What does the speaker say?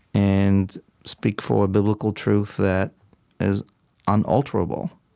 and speak for a biblical truth that is unalterable,